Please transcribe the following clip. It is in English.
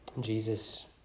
Jesus